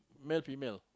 male female